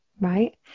right